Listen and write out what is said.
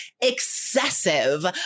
excessive